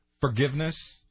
forgiveness